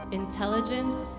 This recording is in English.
intelligence